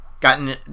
gotten